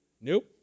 Nope